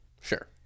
Sure